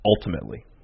ultimately